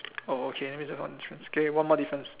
oh okay that means I okay one more difference